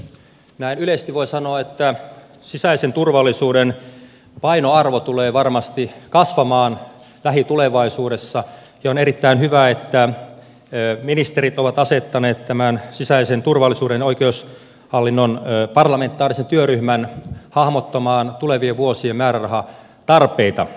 näin yleisesti voi sanoa että sisäisen turvallisuuden painoarvo tulee varmasti kasvamaan lähitulevaisuudessa ja on erittäin hyvä että ministerit ovat asettaneet tämän sisäisen turvallisuuden oikeushallinnon parlamentaarisen työryhmän hahmottamaan tulevien vuosien määrärahatarpeita